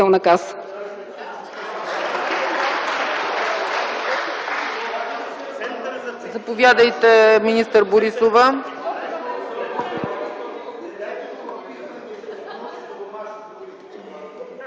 Заповядайте, министър Борисова.